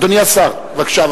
בבקשה,